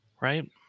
right